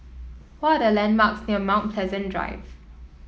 what are the landmarks near Mount Pleasant Drive